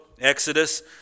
Exodus